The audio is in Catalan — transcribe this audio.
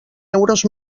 euros